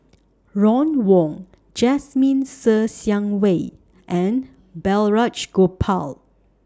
Ron Wong Jasmine Ser Xiang Wei and Balraj Gopal